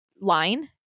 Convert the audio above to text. line